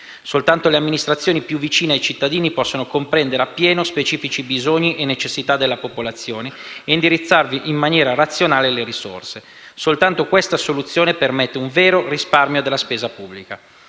Soltanto le amministrazioni più vicine ai cittadini possono comprendere appieno gli specifici bisogni e necessità della popolazione ed indirizzarvi in maniera razionale le risorse. Soltanto questa soluzione permette un vero risparmio sulla spesa pubblica.